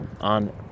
On